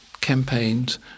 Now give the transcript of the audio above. campaigns